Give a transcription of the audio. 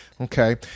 Okay